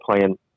playing